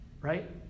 Right